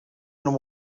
and